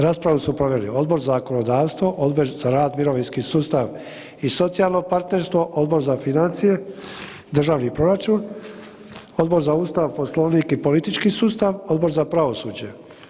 Raspravu su proveli Odbor za zakonodavstvo, Odbor za rad mirovinski sustav i socijalno partnerstvo, Odbor za financije državni proračun, Odbor za Ustav, Poslovnik i politički sustav, Odbor za pravosuđe.